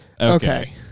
Okay